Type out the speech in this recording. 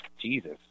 Jesus